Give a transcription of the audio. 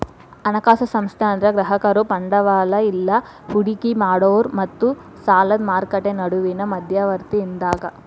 ಹಣಕಾಸು ಸಂಸ್ಥೆ ಅಂದ್ರ ಗ್ರಾಹಕರು ಬಂಡವಾಳ ಇಲ್ಲಾ ಹೂಡಿಕಿ ಮಾಡೋರ್ ಮತ್ತ ಸಾಲದ್ ಮಾರ್ಕೆಟ್ ನಡುವಿನ್ ಮಧ್ಯವರ್ತಿ ಇದ್ದಂಗ